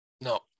No